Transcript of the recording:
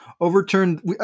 overturned